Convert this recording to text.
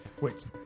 Wait